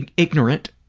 and ignorant,